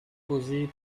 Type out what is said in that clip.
posée